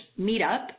meetup